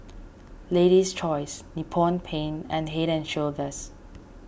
Lady's Choice Nippon Paint and Head and Shoulders